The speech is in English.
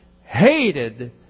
hated